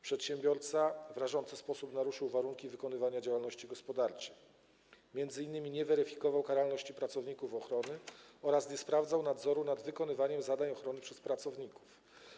Przedsiębiorca w rażący sposób naruszył warunki wykonywania działalności gospodarczej, m.in. nie weryfikował karalności pracowników ochrony ani nie sprawował nadzoru nad wykonywaniem zadań ochrony przez pracowników.